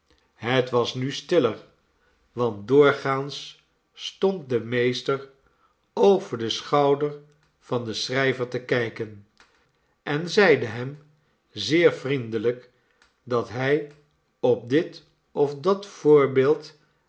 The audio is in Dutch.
het was nu stiller want doorgaans stond de meester over den schouder van den schrijver te kijken en zeide hem zeer vriendelijk dat hij op dit of dat voorbeeld